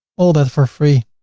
all that for free.